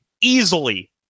easily